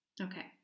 Okay